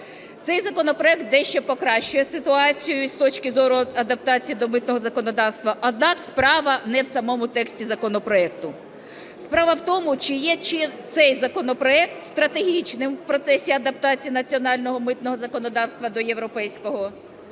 Цей законопроект дещо покращує ситуацію і з точки зору адаптації до митного законодавства, однак справа не в самому тексті законопроекту, справа в тому, чи є цей законопроект стратегічним в процесі адаптації національного митного законодавства до європейського.